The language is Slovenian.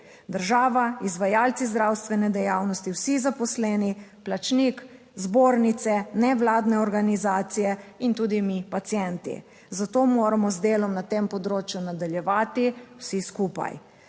država, izvajalci zdravstvene dejavnosti, vsi zaposleni, plačnik, zbornice, nevladne organizacije in tudi mi pacienti, zato moramo z delom na tem področju nadaljevati. Vsi skupaj